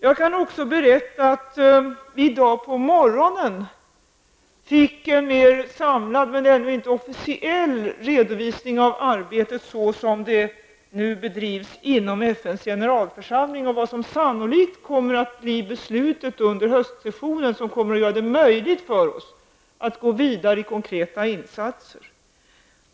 Jag kan också berätta att vi i dag på morgonen fick en mera samlad -- men ännu inte officiell -- redovisning av arbetet såsom det nu bedrivs inom FNs generalförsamling och vilket beslut som sannolikt kommer att fattas under höstsessionen och som kommer att göra det möjligt för oss att gå vidare med konkreta insatser.